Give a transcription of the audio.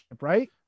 right